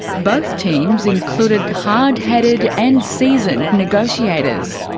both teams included hard-headed and seasoned negotiators.